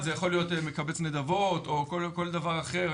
זה יכול להיות מקבץ נדבות או כל דבר אחר.